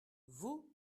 vous